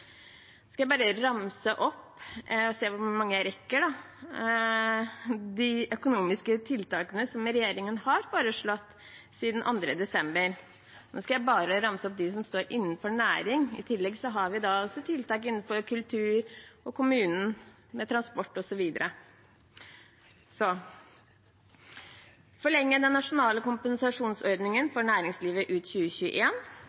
Jeg skal ramse opp – jeg får se hvor mange jeg rekker – de økonomiske tiltakene som regjeringen har foreslått siden 2. desember. Jeg skal bare ramse opp de som gjelder innenfor området «næring». Vi har i tillegg tiltak innenfor kultur, kommuner, med transport osv.: forlenge den nasjonale kompensasjonsordningen for næringslivet ut 2021 utvide den kommunale kompensasjonsordningen